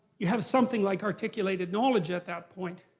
you have something like articulated knowledge at that point.